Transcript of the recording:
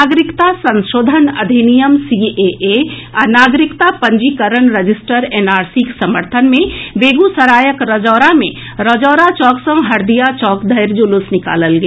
नागरिकता संशोधन अधिनियम सीएए आ नागरिकता पंजीकरण रजिस्टर एनआरसीक समर्थन मे बेगूसरायक रजौड़ा मे रजौड़ा चौक सॅ हरदिया चौक धरि जुलूस निकालल गेल